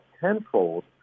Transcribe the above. tenfold